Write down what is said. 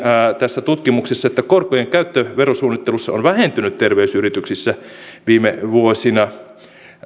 tässä tutkimuksessahan todettiin että korkojen käyttö verosuunnittelussa on vähentynyt terveysyrityksissä viime vuosina